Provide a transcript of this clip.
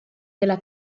della